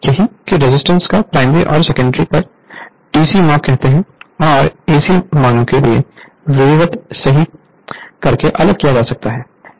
यह कि रेजिस्टेंस को प्राइमरी और सेकेंडरी पर डीसी माप करके और AC मानों के लिए विधिवत सही करके अलग किया जा सकता है